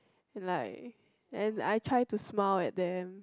and like and I try to smile at them